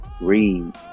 read